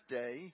day